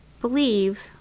believe